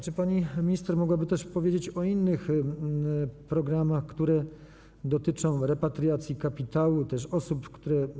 Czy pani minister mogłaby też powiedzieć o innych programach, które dotyczą repatriacji kapitału czy też osób, które są za granicą?